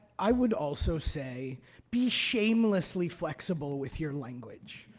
i would also say be shamelessly flexible with your language.